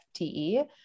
FTE